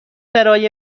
برای